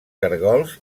caragols